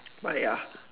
but ya